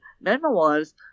memoirs